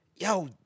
yo